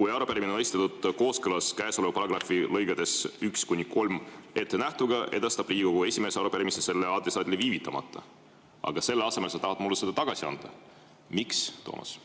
"Kui arupärimine on esitatud kooskõlas käesoleva paragrahvi lõigetes 1–3 ettenähtuga, edastab Riigikogu esimees arupärimise selle adressaadile viivitamata." Aga selle asemel sa tahad mulle selle tagasi anda. Miks, Toomas?